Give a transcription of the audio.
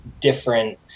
different